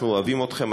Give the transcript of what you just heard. אנחנו אוהבים אתכם,